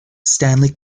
stanley